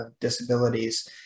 disabilities